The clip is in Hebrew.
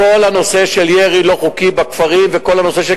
כל הנושא של ירי לא-חוקי בכפרים וכל הנושא של